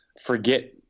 Forget